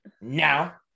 now